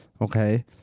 Okay